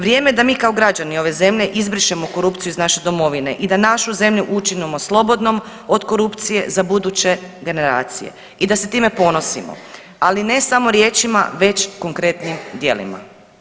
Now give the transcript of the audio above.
Vrijeme je da mi kao građani ove zemlje izbrišemo korupciju iz naše domovine i da našu zemlju učinimo slobodnom od korupcije za buduće generacije i da se time ponosimo, ali ne samo riječima već konkretnim dijelima.